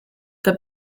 the